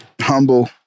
Humble